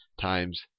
times